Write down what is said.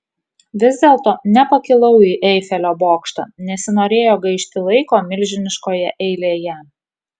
vis dėlto nepakilau į eifelio bokštą nesinorėjo gaišti laiko milžiniškoje eilėje